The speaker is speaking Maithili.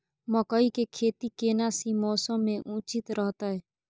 मकई के खेती केना सी मौसम मे उचित रहतय?